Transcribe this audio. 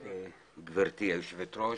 גברתי היושבת ראש,